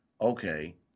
okay